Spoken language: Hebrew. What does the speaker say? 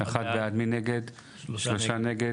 הצבעה בעד, 1 נגד, 3 נמנעים,